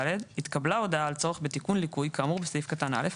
(ד) התקבלה הודעה על צורך בתיקון ליקוי כאמור בסעיף קטן (א),